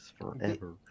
forever